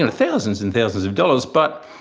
and thousands and thousands of dollars, but